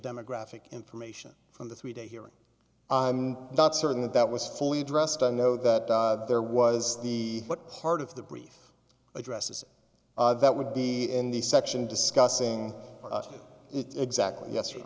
demographic information from the three day hearing i'm not certain that that was fully addressed i know that there was the what part of the brief addresses that would be n the section discussing it exactly yes